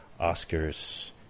Oscars